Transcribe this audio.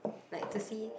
like to see